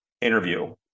interview